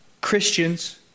Christians